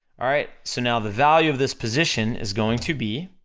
alright, so now the value of this position is going to be